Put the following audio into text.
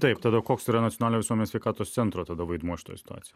taip tada koks yra nacionalinio visuomenės sveikatos centro tada vaidmuo šitoj situacijoj